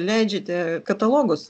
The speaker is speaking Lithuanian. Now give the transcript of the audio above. leidžiate katalogus